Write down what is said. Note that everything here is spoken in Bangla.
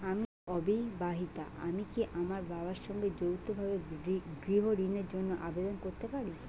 আমি অবিবাহিতা আমি কি আমার বাবার সঙ্গে যৌথভাবে গৃহ ঋণের জন্য আবেদন করতে পারি?